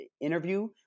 interview